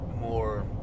more